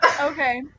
Okay